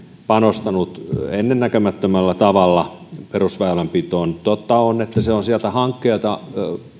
panostanut ennennäkemättömällä tavalla perusväylänpitoon totta on että se se on sieltä hankkeilta